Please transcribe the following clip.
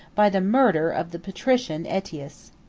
by the murder of the patrician aetius.